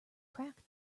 cracked